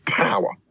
power